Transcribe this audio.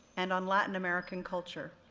and on latin american culture.